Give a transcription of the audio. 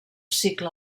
cicle